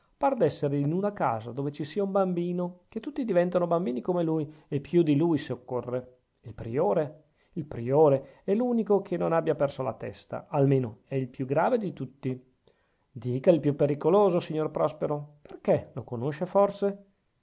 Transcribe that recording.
par d'essere in una casa dove ci sia un bambino che tutti diventano bambini come lui e più di lui se occorre e il priore il priore è l'unico che non abbia persa la testa almeno è il più grave di tutti dica il più pericoloso signor prospero perchè lo conosce forse